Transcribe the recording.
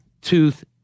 tooth